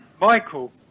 Michael